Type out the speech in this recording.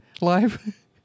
live